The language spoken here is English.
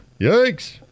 Yikes